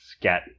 get